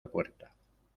puerta